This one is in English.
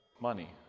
Money